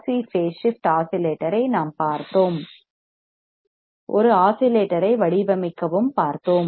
சிRC phase shift ஆஸிலேட்டரை நாம் பார்த்தோம் ஒரு ஆஸிலேட்டரை வடிவமைக்கவும் பார்த்தோம்